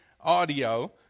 Audio